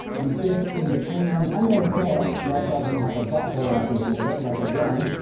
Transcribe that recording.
and disks in between them. and they have a tail that doesn't have a butthole at the end of it like a worm,